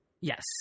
yes